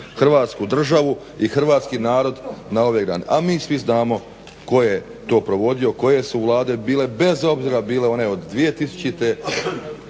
Hrvatsku državu i hrvatski narod na ove grane. A mi svi znamo tko je to provodio, koje su vlade bile bez obzira bile one od 2000.i